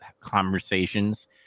conversations